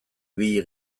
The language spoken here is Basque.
ibili